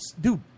dude